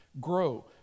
grow